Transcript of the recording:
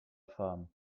fahren